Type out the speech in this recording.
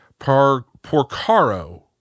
Porcaro